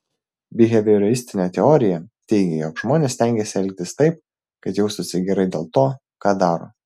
bihevioristinė teorija teigia jog žmonės stengiasi elgtis taip kad jaustųsi gerai dėl to ką daro